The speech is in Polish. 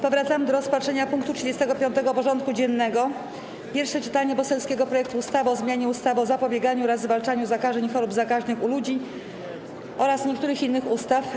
Powracamy do rozpatrzenia punktu 35. porządku dziennego: Pierwsze czytanie poselskiego projektu ustawy o zmianie ustawy o zapobieganiu oraz zwalczaniu zakażeń i chorób zakaźnych u ludzi oraz niektórych innych ustaw.